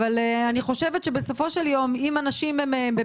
אבל אני חושבת שבסופו של יום אם אנשים הם,